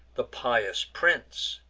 the pious prince,